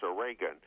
Reagan